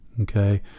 Okay